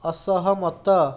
ଅସହମତ